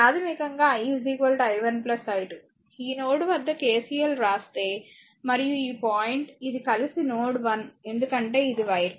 ఈ నోడ్ వద్ద KCL వ్రాస్తే మరియు ఈ పాయింట్ ఇది కలిసి నోడ్ 1 ఎందుకంటే ఇది వైర్